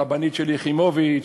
הרבנית שלי יחימוביץ,